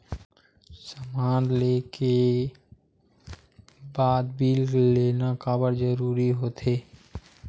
समान ले के बाद बिल लेना काबर जरूरी होथे?